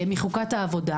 מחוקת העבודה.